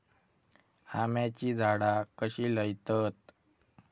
आम्याची झाडा कशी लयतत?